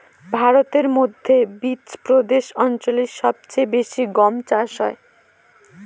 ভারতের মধ্যে বিচপ্রদেশ অঞ্চলে সব চেয়ে বেশি গম চাষ হয়